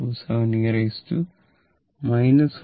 273e 1